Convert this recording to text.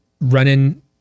running